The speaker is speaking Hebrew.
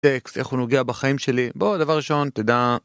איך הוא נוגע בחיים שלי, בוא דבר ראשון תדע...